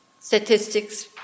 statistics